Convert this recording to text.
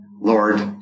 Lord